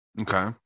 Okay